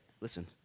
listen